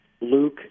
Luke